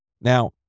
Now